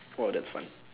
oh that's fun